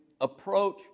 approach